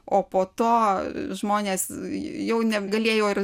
o po to žmonės jau negalėjo ir